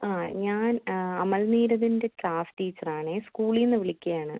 ആ ഞാൻ അമൽ നീരദിൻ്റെ ക്ലാസ് ടീച്ചറാണ് സ്കൂളീന്ന് വിളിക്കുകയാണ്